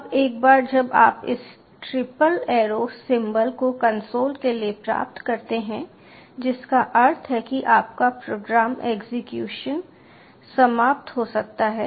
अब एक बार जब आप इस ट्रिपल एरो सिंबल को कंसोल के लिए प्राप्त करते हैं जिसका अर्थ है कि आपका प्रोग्राम एग्जीक्यूशन समाप्त हो गया है